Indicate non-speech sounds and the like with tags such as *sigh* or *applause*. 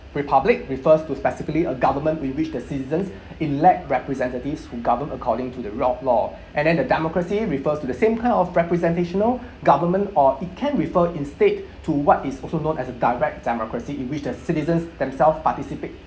republic refers to specifically a government in which the citizens elect representatives who govern according to the rule of law and then the democracy refers to the same kind of representational *breath* government or it can refer instead to what is also known as a direct democracy in which the citizens themselves participate